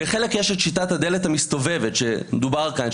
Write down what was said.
בחלק יש את שיטת הדלת המסתובבת שדובר כאן,